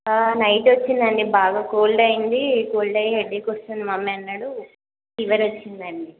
night వచ్చింది అండి బాగా కోల్డ్ అయ్యింది కోల్డ్ అయ్యి హెడ్ఏక్ వస్తుంది మమ్మీ అన్నాడు ఫీవర్ వచ్చింది అండి